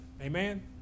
Amen